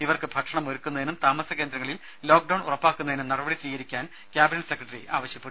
ഇവർക്ക് ഭക്ഷണം ഒരുക്കുന്നതിനും താമസ കേന്ദ്രങ്ങളിൽ ലോക്ഡൌൺ ഉറപ്പാക്കുന്നതിനും നടപടി സ്വീകരിക്കാൻ കാബിനറ്റ് സെക്രട്ടറി ആവശ്യപ്പെട്ടു